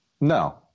No